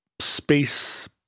space